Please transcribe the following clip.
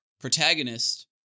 protagonist